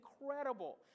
incredible